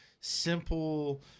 simple